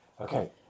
okay